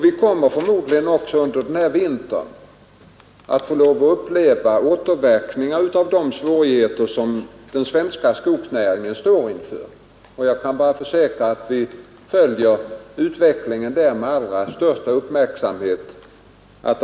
Vi kommer förmodligen också under den här vintern att få uppleva återverkningar av de svårigheter som den svenska skogsnäringen står inför, och jag kan bara försäkra att vi följer utvecklingen med allra största uppmärksamhet.